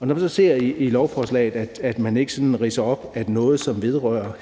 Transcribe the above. Og når vi så ser i lovforslaget, at man ikke sådan ridser op, at noget, som vedrører